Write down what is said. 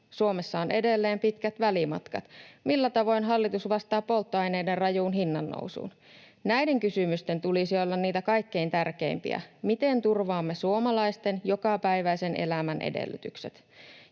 Suomessa on edelleen pitkät välimatkat. Millä tavoin hallitus vastaa polttoaineiden rajuun hinnannousuun? Näiden kysymysten tulisi olla niitä kaikkein tärkeimpiä. Miten turvaamme suomalaisten jokapäiväisen elämän edellytykset?